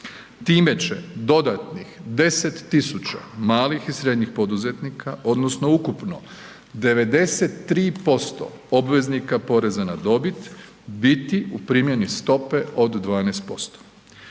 time će dodatnih 10.000 malih i srednjih poduzetnika odnosno ukupno 93% obveznika poreza na dobit biti u primjeni stope od 12%.